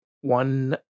one